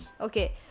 Okay